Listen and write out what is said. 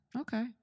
Okay